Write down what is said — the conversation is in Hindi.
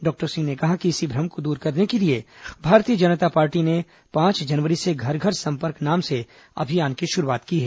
डॉक्टर सिंह ने कहा कि इसी भ्रम को दूर करने के लिए भारतीय जनता पार्टी ने पांच जनवरी से घर घर संपर्क नाम से अभियान की शुरुआत की है